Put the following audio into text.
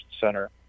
Center